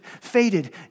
faded